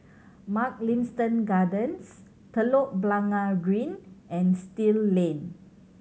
Mugliston Gardens Telok Blangah Green and Still Lane